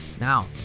Now